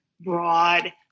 broad